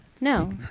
no